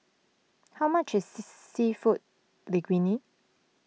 how much is Seafood Linguine